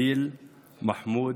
הדיל, מחמוד,